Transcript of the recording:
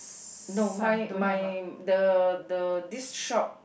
no my my the the this shop